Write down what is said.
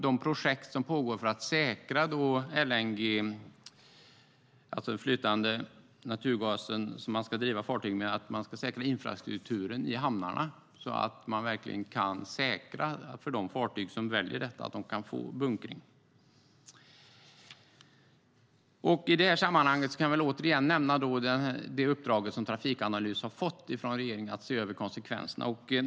De projekt som pågår när det gäller LNG, alltså den flytande naturgas som man ska driva fartyg med, är att man ska säkra infrastrukturen i hamnarna så att de fartyg som väljer detta verkligen kan få bunkring. I det sammanhanget kan jag återigen nämna det uppdrag som Trafikanalys har fått från regeringen att se över konsekvenserna.